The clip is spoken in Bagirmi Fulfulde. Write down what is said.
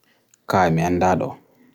Ko hite so gallee leendo muude?